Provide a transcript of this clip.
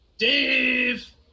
Dave